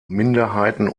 minderheiten